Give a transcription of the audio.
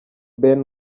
ben